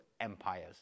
empires